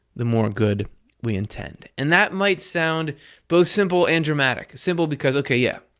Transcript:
the more good we intend. and that might sound both simple and dramatic. simple because, okay, yeah,